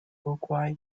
uruguay